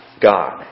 God